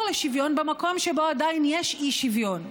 לשוויון במקום שבו עדיין יש אי-שוויון.